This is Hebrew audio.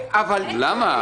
למה?